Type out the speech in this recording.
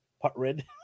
Putrid